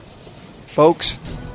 Folks